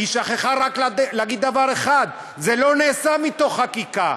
היא שכחה רק להגיד דבר אחד: זה לא נעשה מתוך חקיקה,